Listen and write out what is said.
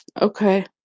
Okay